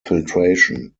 filtration